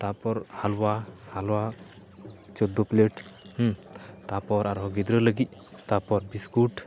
ᱛᱟᱯᱚᱨ ᱦᱟᱞᱩᱣᱟ ᱦᱟᱞᱩᱣᱟ ᱪᱳᱫᱽᱫᱳ ᱯᱞᱮᱴ ᱛᱟᱯᱚᱨ ᱟᱨᱦᱚᱸ ᱜᱤᱫᱽᱨᱟᱹ ᱞᱟᱹᱜᱤᱫ ᱛᱟᱯᱚᱨ ᱵᱤᱥᱠᱩᱴ